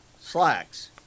slacks